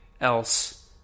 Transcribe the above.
else